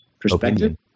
Perspective